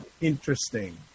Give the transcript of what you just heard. Interesting